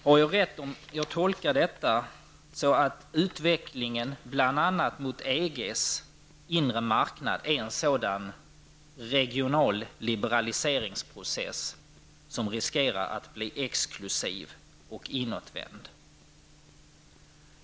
Har jag rätt om jag tolkar detta så, att utvecklingen bl.a. mot EGs inre marknad är en sådan ''regional liberaliseringsprocess'' som riskerar att bli exklusiv och inåtvänd?